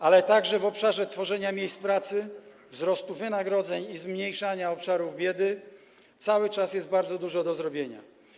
Ale w obszarze tworzenia miejsc pracy, wzrostu wynagrodzeń i zmniejszania obszarów biedy cały czas jest bardzo dużo do zrobienia.